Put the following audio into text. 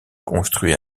construit